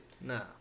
No